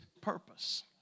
Purpose